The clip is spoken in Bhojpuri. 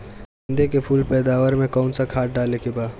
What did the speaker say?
गेदे के फूल पैदवार मे काउन् सा खाद डाले के बा?